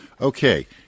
Okay